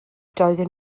doedden